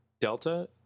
delta